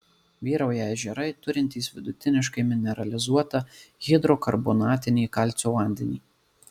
vyrauja ežerai turintys vidutiniškai mineralizuotą hidrokarbonatinį kalcio vandenį